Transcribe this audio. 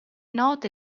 note